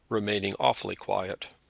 remaining awfully quiet.